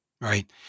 right